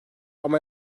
ama